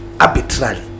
arbitrarily